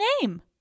name